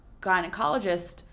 gynecologist